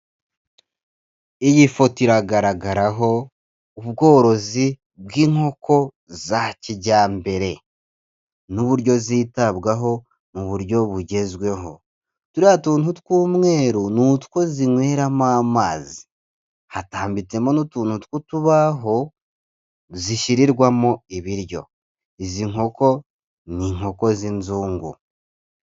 Iyi foto iragaragaraho ubworozi bw'inkoko za kijyambere, n'uburyo zitabwaho mu buryo bugezweho, turiya tuntu tw'umweru, ni'utwo zinyweramo amazi, hatambitsemo n'utuntu tw'utubaho zishyirirwamo ibiryo, izi nkoko, ni inkoko z'inzungu.